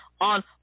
on